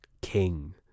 King